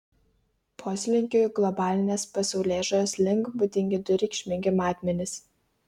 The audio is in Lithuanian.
poslinkiui globalinės pasaulėžiūros link būdingi du reikšmingi matmenys